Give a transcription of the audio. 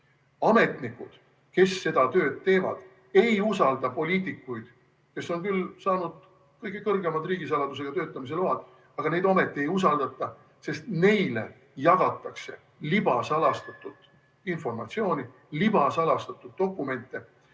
ametnikud, kes seda tööd teevad, ei usalda poliitikuid, kes on küll saanud kõige kõrgema riigisaladusega töötamise loa, aga neid ometi ei usaldata? Neile jagatakse libasalastatud informatsiooni, libasalastatud dokumente